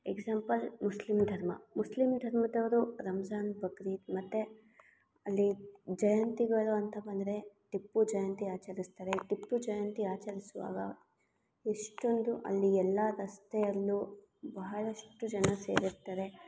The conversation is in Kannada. ಎಕ್ಸಾಂಪಲ್ ಮುಸ್ಲಿಮ್ ಧರ್ಮ ಮುಸ್ಲಿಮ್ ಧರ್ಮದವರು ರಂಜಾನ್ ಬಕ್ರೀದ್ ಮತ್ತು ಅಲ್ಲಿ ಜಯಂತಿಗಳು ಅಂತ ಬಂದರೆ ಟಿಪ್ಪು ಜಯಂತಿ ಆಚರಿಸ್ತಾರೆ ಟಿಪ್ಪು ಜಯಂತಿ ಆಚರಿಸುವಾಗ ಎಷ್ಟೊಂದು ಅಲ್ಲಿ ಎಲ್ಲ ರಸ್ತೆಯಲ್ಲೂ ಬಹಳಷ್ಟು ಜನ ಸೇರಿರ್ತಾರೆ